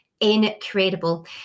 Incredible